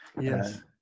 Yes